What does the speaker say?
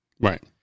Right